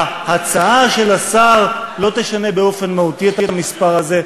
ההצעה של השר לא תשנה באופן מהותי את המספר הזה.